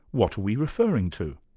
what are we referring to?